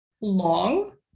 long